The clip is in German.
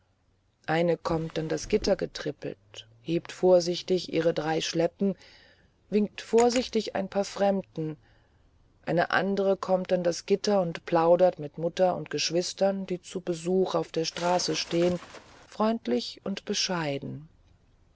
eine kommt an das gitter getrippelt hebt vorsichtig ihre drei schleppen winkt vorsichtig ein paar fremden eine andere kommt an das gitter und plaudert mit mutter und geschwistern die zum besuch auf der straße stehen freundlich und bescheiden